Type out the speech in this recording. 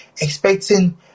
expecting